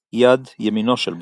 יד ימינו של בוג.